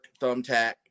Thumbtack